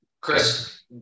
Chris